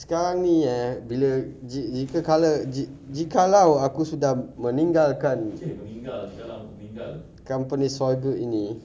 sekarang ni eh bila jikalau jikalau aku sudah meninggalkan company ini